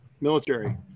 military